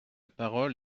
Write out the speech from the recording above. parole